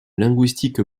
linguistique